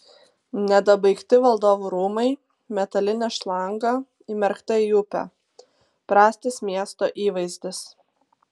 nedabaigti valdovų rūmai metalinė šlanga įmerkta į upę prastas miesto įvaizdis